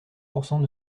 pourcents